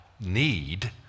need